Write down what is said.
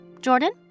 Jordan